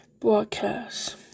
broadcast